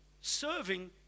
serving